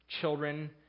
children